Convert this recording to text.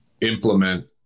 implement